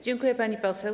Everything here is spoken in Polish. Dziękuję, pani poseł.